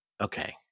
Okay